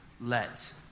let